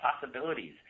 possibilities